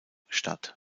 statt